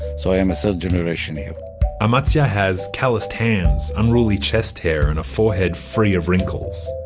so i am a third generation here amatzia has calloused hands, unruly chest-hair, and a forehead free of wrinkles.